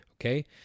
Okay